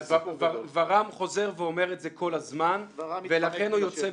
ור"מ חוזר ואומר את זה כל הזמן ולכן הוא יוצא